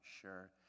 sure